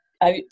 out